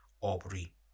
Aubrey